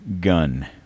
gun